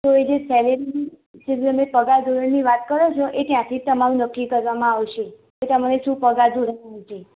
તો એ જે સેલેરી છે જે પગાર ધોરણની વાત કરો છો એ ત્યાંથી જ તમારું નક્કી કરવામાં આવશે કે તમને શું પગાર ધોરણ હોવું જોઇએ